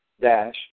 dash